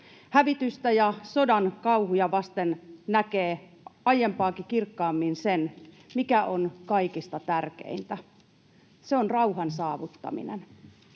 Hävitystä ja sodan kauhuja vasten näkee aiempaakin kirkkaammin sen, mikä on kaikista tärkeintä: se on rauhan saavuttaminen.